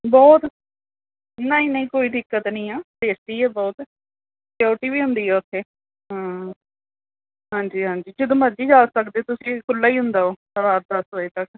ਬਹੁਤ ਨਹੀਂ ਨਹੀਂ ਕੋਈ ਦਿੱਕਤ ਨਹੀਂ ਆ ਸੇਫਟੀ ਆ ਬਹੁਤ ਸਕਿਓਰਟੀ ਵੀ ਹੁੰਦੀ ਆ ਉੱਥੇ ਹਾਂ ਹਾਂਜੀ ਹਾਂਜੀ ਜਦੋਂ ਮਰਜ਼ੀ ਜਾ ਸਕਦੇ ਤੁਸੀਂ ਖੁੱਲ੍ਹਾ ਹੀ ਹੁੰਦਾ ਉਹ ਰਾਤ ਦਸ ਵਜੇ ਤੱਕ